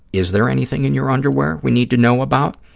is there anything in your underwear we need to know about?